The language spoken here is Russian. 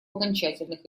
окончательных